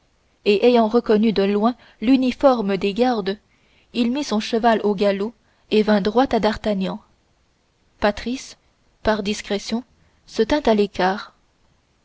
et ayant reconnu de loin l'uniforme des gardes il mit son cheval au galop et vint droit à d'artagnan patrice par discrétion se tint à l'écart